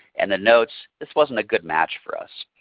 and then notes this wasn't a good match for us.